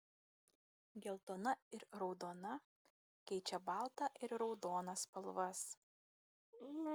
geltona ir raudona keičia baltą ir raudoną spalvas